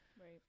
right